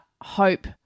hope